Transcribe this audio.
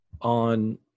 on